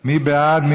מי בעד?